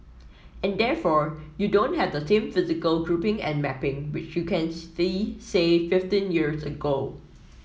and therefore you don't have the same physical grouping and mapping which you can see say fifteen years ago